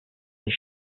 sie